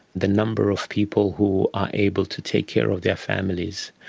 the number of people who are able to take care of their families.